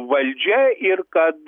valdžia ir kad